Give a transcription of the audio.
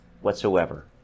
whatsoever